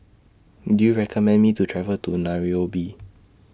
Do YOU recommend Me to travel to Nairobi